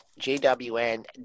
JWN